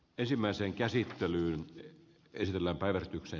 asian käsittely keskeytetään